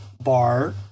bar